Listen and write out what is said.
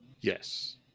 yes